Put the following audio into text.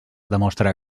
demostra